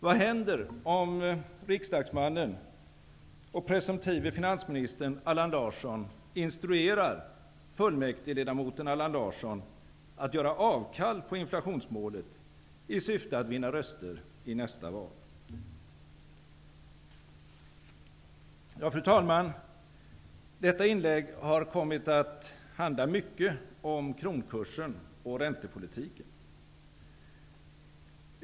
Vad händer om riksdagsmannen och presumtive finansministern Allan Larsson instruerar fullmäktigeledamoten Allan Larsson att göra avkall på inflationsmålet i syfte att vinna röster i nästa val? Fru talman! Detta inlägg har kommit att handla mycket om kronkursen och räntepolitiken.